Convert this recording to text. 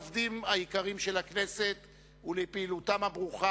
לעובדים היקרים של הכנסת ולפעילותם הברוכה